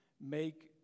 make